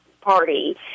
party